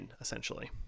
essentially